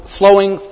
flowing